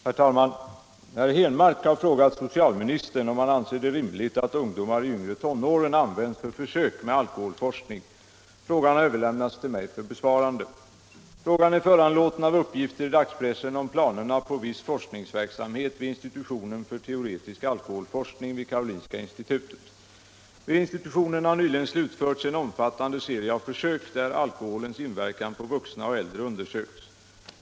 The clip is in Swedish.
Herr talman! Herr Henmark har frågat socialministern om han anser det rimligt att ungdomar i yngre tonåren används för försök med alkoholforskning. Frågan har överlämnats till mig för besvarande. Frågan är föranlåten av uppgifter i dagspressen om planerna på viss forskningsverksamhet vid institutionen för teoretisk alkoholforskning vid Karolinska institutet. Vid institutionen har nyligen slutförts en omfattande serie av försök där alkoholens inverkan på vuxna och äldre undersökts.